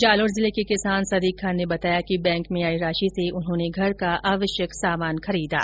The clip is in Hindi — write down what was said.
जालौर जिले के किसान सदीक खान ने बताया कि बैंक में आयी राशि से उन्होंने घर का आवश्यक सामान खरीदा